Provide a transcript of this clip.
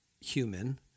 human